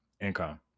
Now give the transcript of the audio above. income